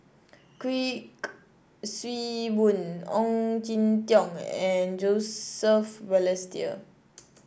Kuik Swee Boon Ong Jin Teong and Joseph Balestier